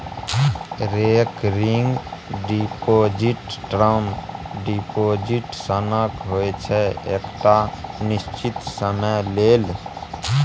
recurring deposit term deposit सनक होइ छै एकटा निश्चित समय लेल